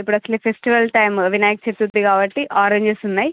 ఇప్పుడు అసలే festival time Vinayaka Chaturthi కాబట్టి ఆరెంజెస్ ఉన్నాయి